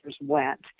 went